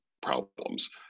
problems